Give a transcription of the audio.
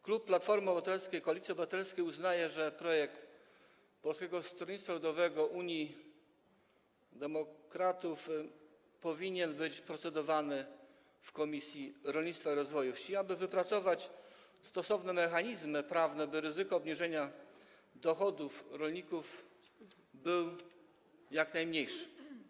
Klub Platformy Obywatelskiej - Koalicji Obywatelskiej uznaje, że nad projektem Polskiego Stronnictwa Ludowego - Unii Europejskich Demokratów powinno się procedować w Komisji Rolnictwa i Rozwoju Wsi, aby wypracować stosowne mechanizmy prawne, by ryzyko obniżenia dochodów rolników było jak najmniejsze.